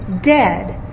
dead